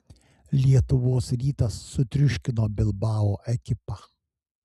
lietuvos rytas sutriuškino bilbao ekipą